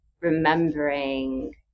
remembering